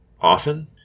often